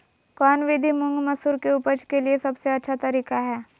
कौन विधि मुंग, मसूर के उपज के लिए सबसे अच्छा तरीका है?